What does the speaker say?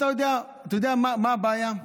אתה יודע מה הבעיה?